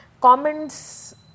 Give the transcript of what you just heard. comments